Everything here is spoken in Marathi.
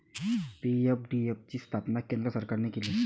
पी.एफ.डी.एफ ची स्थापना केंद्र सरकारने केली